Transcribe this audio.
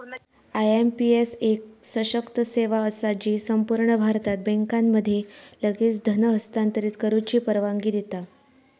IMPS एक सशक्त सेवा असा जी संपूर्ण भारतात बँकांमध्ये लगेच धन हस्तांतरित करुची परवानगी देता